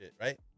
right